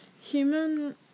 human